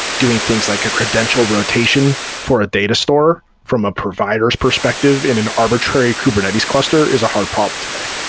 doing things like a credential rotation for a data store from a provider's perspective in an arbitrary kubernetes cluster is a hard problem today